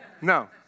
No